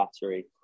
battery